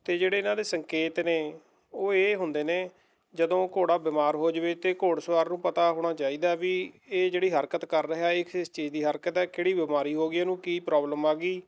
ਅਤੇ ਜਿਹੜੇ ਇਹਨਾਂ ਦੇ ਸੰਕੇਤ ਨੇ ਉਹ ਇਹ ਹੁੰਦੇ ਨੇ ਜਦੋਂ ਘੋੜਾ ਬਿਮਾਰ ਹੋ ਜਾਵੇ ਅਤੇ ਘੋੜ ਸਵਾਰ ਨੂੰ ਪਤਾ ਹੋਣਾ ਚਾਹੀਦਾ ਵੀ ਇਹ ਜਿਹੜੀ ਹਰਕਤ ਕਰ ਰਿਹਾ ਇਹ ਕਿਸ ਚੀਜ਼ ਦੀ ਹਰਕਤ ਹੈ ਕਿਹੜੀ ਬਿਮਾਰੀ ਹੋ ਗਈ ਇਹਨੂੰ ਕੀ ਪ੍ਰੋਬਲਮ ਆ ਗਈ